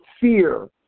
fear